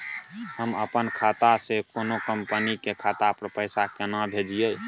हम अपन खाता से कोनो कंपनी के खाता पर पैसा केना भेजिए?